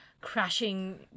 crashing